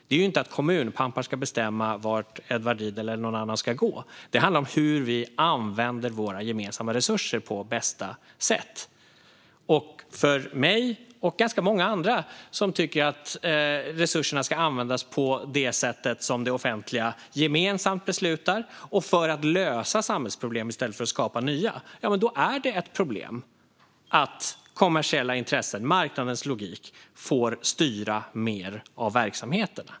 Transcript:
Det handlar inte om att kommunpampar ska bestämma vart Edward Riedl eller någon annan ska gå; det handlar om hur vi använder våra gemensamma resurser på bästa sätt. För mig, och för ganska många andra som tycker att resurserna ska användas på det sätt som det offentliga gemensamt beslutar och för att lösa samhällsproblem i stället för att skapa nya, är det ett problem att kommersiella intressen, marknadens logik, får styra mer av verksamheterna.